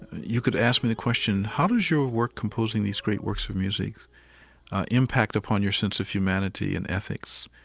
you could ask me the question, how does your work composing these great works of music impact upon your sense of humanity and ethics?